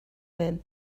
him